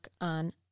on